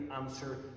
answer